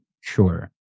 Sure